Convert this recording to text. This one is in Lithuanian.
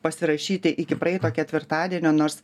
pasirašyti iki praeito ketvirtadienio nors